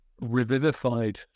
revivified